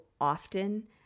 often –